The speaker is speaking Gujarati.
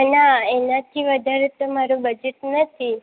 ના એનાથી વધારે તો મારું બજેટ નથી